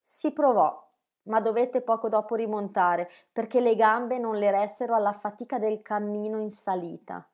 si provò ma dovette poco dopo rimontare perché le gambe non le ressero alla fatica del cammino in salita